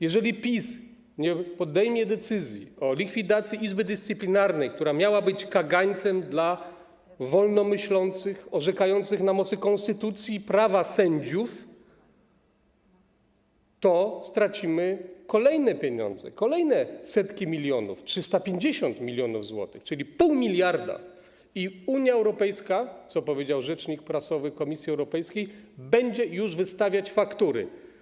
Jeżeli PiS nie podejmie decyzji o likwidacji Izby Dyscyplinarnej, która miała być kagańcem dla wolnomyślnych, orzekających na mocy konstytucji i prawa sędziów, to stracimy kolejne pieniądze, kolejne setki milionów, 350 mln zł, 0,5 mld, i Unia Europejska, co powiedział rzecznik prasowy Komisji Europejskiej, będzie już wystawiać faktury.